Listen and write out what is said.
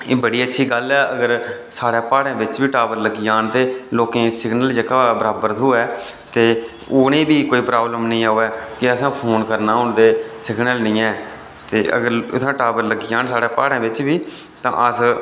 एह् बड़ी अच्छी गल्ल ऐ अगर साढ़े प्हाड़ें बिच बी टॉवर लग्गी जान ते लोकें गी सिगनल जेह्का बराबर थ्होऐ ते उ'नें गी बी कोई प्रॉब्लम नेईं आवै की असें फोन करना हून ते सिगनल निं ऐ ते अगर इत्थै टॉवर लग्गी जान साढ़े प्हाड़ें बिच बी तां अस